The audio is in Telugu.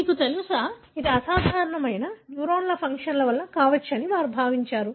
మీకు తెలుసా అది అసాధారణమైన న్యూరానల్ ఫంక్షన్ వల్ల కావచ్చునని వారు భావించారు